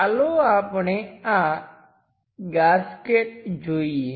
ચાલો આપણે આ ગાસ્કેટ જોઈએ